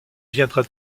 viendra